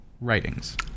Writings